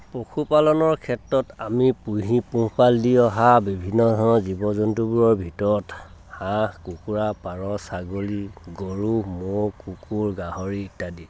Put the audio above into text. পশুপালনৰ ক্ষেত্ৰত আমি পুহি পোহপাল দি অহা বিভিন্ন ধৰণৰ জীৱ জন্তুবোৰৰ ভিতৰত হাঁহ কুকুৰা পাৰ ছাগলী গৰু ম'হ কুকুৰ গাহৰি ইত্যাদি